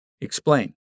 Explain